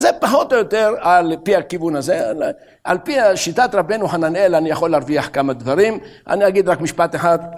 זה פחות או יותר, על פי הכיוון הזה, על פי שיטת רבנו חננאל, אני יכול להרוויח כמה דברים. אני אגיד רק משפט אחד.